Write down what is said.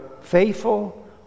faithful